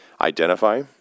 identify